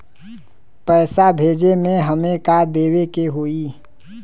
पैसा भेजे में हमे का का देवे के होई?